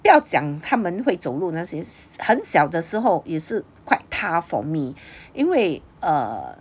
不要讲他们会走路那些很小的时候也是 quite tough for me 因为 err